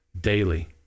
daily